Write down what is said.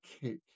cake